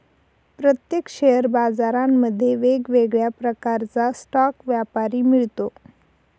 प्रत्येक शेअर बाजारांमध्ये वेगळ्या प्रकारचा स्टॉक व्यापारी मिळतो